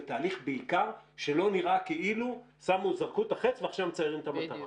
ובעיקר תהליך שלא נראה כאילו זרקו את החץ ועכשיו מציירים את המטרה.